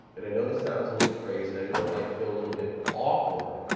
and i know this sounds a little crazy and i know it might feel a little bit awkward.